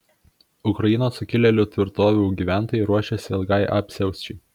ukrainos sukilėlių tvirtovių gyventojai ruošiasi ilgai apsiausčiai